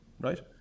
right